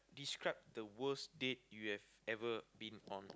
describe the worst date you've ever been on